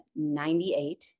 98